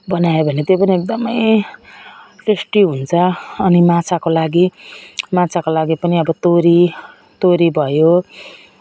बनायो भने त्यो पनि एकदम टेस्टी हुन्छ अनि माछाको लागि माछाको लागि पनि अब तोरी तोरी भयो